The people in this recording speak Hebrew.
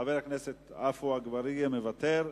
חבר הכנסת עפו אגבאריה, מוותר.